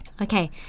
Okay